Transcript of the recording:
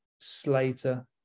Slater